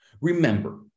Remember